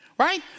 Right